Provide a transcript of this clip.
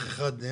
אח אחד נהרג,